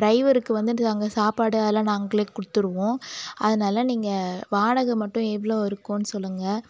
ட்ரைவருக்கு வந்துட்டு நாங்கள் சாப்பாடு அதெல்லாம் நாங்களே கொடுத்துருவோம் அதனால நீங்கள் வாடகை மட்டும் எவ்வளோ இருக்குதுன்னு சொல்லுங்கள்